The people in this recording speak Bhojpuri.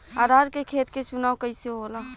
अरहर के खेत के चुनाव कइसे होला?